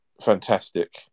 fantastic